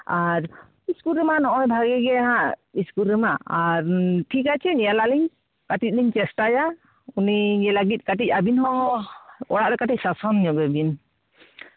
ᱟᱨ school ᱨᱮᱢᱟ ᱱᱚᱜᱼᱚᱭ ᱵᱷᱟᱜᱮ ᱜᱮ ᱦᱟᱸᱜ ᱤᱥᱠᱩᱞ ᱨᱮᱦᱟᱸᱜ ᱟᱨ ᱴᱷᱤᱠ ᱟᱪᱷᱮ ᱧᱮᱞ ᱟᱹᱞᱤᱧ ᱠᱟᱹᱴᱤᱡ ᱞᱤᱧ ᱪᱮᱥᱴᱟᱭᱟ ᱩᱱᱤ ᱤᱭᱟᱹ ᱞᱟᱹᱜᱤᱫ ᱠᱟᱹᱴᱤᱡ ᱟᱵᱤᱱ ᱦᱚᱸ ᱚᱲᱟᱜ ᱨᱮ ᱠᱟᱹᱴᱤᱡ ᱥᱟᱥᱚᱱ ᱧᱚᱜᱮ ᱵᱤᱱ